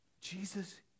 Jesus